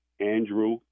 Andrew